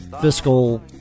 fiscal